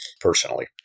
personally